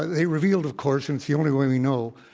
they revealed, of course, and it's the only way we know,